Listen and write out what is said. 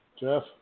Jeff